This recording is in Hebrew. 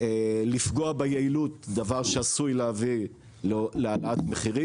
לפגוע ביעילות, דבר שעשוי להביא להעלאת מחירים.